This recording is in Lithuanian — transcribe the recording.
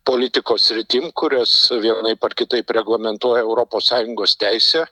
politikos sritim kurios vienaip ar kitaip reglamentuoja europos sąjungos teisę